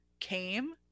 came